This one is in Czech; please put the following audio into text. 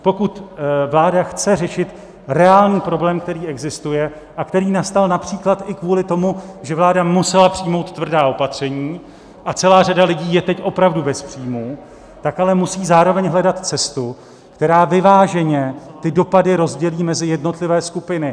Pokud vláda chce řešit reálný problém, který existuje a který nastal např. i kvůli tomu, že vláda musela přijmout tvrdá opatření, a celá řada lidí je teď opravdu bez příjmů, tak ale musí zároveň hledat cestu, která vyváženě ty dopady rozdělí mezi jednotlivé skupiny.